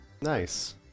Nice